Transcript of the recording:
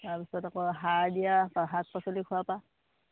তাৰ পাছত আকৌ সাৰ দিয়া শাক পাচলি খোৱাৰপৰা